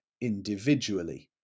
individually